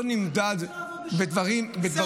נמדד בדברים --- אני לא רוצה לעבוד בשבת.